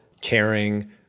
caring